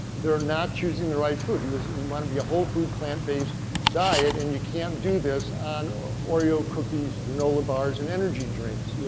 they're not choosing the right food. you just want to be a whole food plant based diet and you can't do this on oreo cookies, granola bars, and energy drinks. yeah